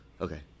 Okay